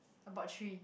about three